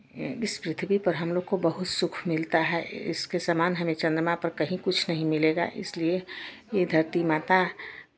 इस पृथ्वी पर हमलोग को बहुत सुख मिलता है इसके समान हमें चन्द्रमा पर कहीं कुछ नहीं मिलेगा इसलिए ये धरती माता